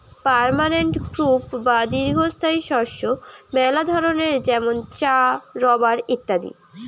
permanent crop বা দীর্ঘস্থায়ী শস্য মেলা ধরণের যেমন চা, রাবার ইত্যাদি